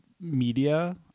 media